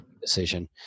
decision